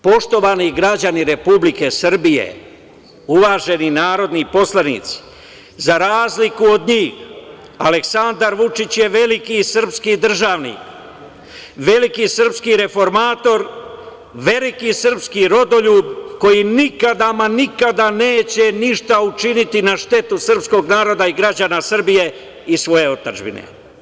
Poštovani građani Republike Srbije, uvaženi narodni poslanici, za razliku od njih Aleksandar Vučić je veliki srpski državnik, veliki srpski reformator, veliki srpski rodoljub koji nikada, ma nikada neće ništa učiniti na štetu srpskog naroda, građana Srbije i svoje otadžbine.